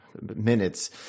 minutes